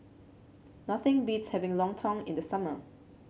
nothing beats having lontong in the summer